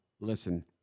listen